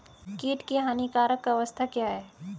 कीट की हानिकारक अवस्था क्या है?